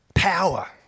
Power